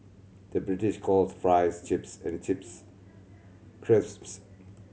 the British calls fries chips and chips crisps